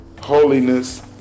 holiness